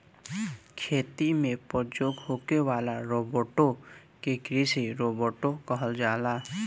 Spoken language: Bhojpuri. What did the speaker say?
खेती में प्रयोग होखे वाला रोबोट के कृषि रोबोट कहल जाला